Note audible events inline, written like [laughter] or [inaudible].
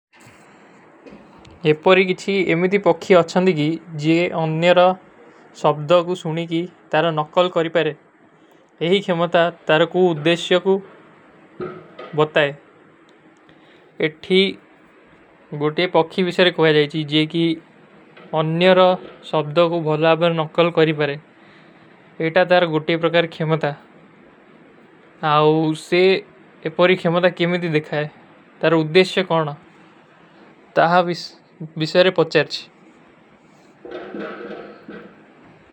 ଏପାରୀ କିଠୀ ଏମେଧୀ ପକ୍ଖୀ ଅଚ୍ଛନ ଦୀ କୀ ଜେ ଅନ୍ଯରା ସବ୍ଦା କୋ ସୁନୀ କୀ ତାରେ ନକଲ କରୀ ପାରେ। ଯହୀ ଖେମତା ତାରେ କୋ ଉଦ୍ଧେଶ୍ଯା କୋ [hesitation] ବତତା ହୈ। ଏଠୀ ଗୋଟେ ପକ୍ଖୀ ଵିଶର କୋଯ ଜାଯେଚୀ ଜେ କୀ ଅନ୍ଯରା ସବ୍ଦା କୋ ଭଲାବର ନକଲ କରୀ ପାରେ। ଏଟା ତାରେ ଗୋଟେ ପରକାର ଖେମତା ହୈ। ଆଓ ଉସସେ ଏପାରୀ ଖେମତା କେମେଧୀ ଦିଖାଯେ ତାରେ ଉଦ୍ଧେଶ୍ଯା କରନା। ତାହା [hesitation] ଵିଶରେ ପଚ୍ଚାରଚୀ।